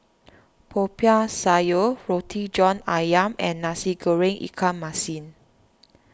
Popiah Sayur Roti John Ayam and Nasi Goreng Ikan Masin